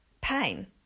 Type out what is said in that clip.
pain